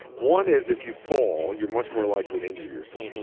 one is if you fall, you're much more likely to injure yourself.